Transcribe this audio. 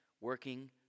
working